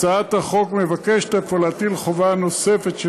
הצעת החוק מבקשת אפוא להטיל חובה נוספת של